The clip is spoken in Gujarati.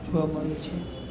જોવા મળે છે